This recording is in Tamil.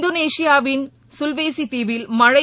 இந்தோனேஷியாவின் கல்வேஸி தீவில் மழை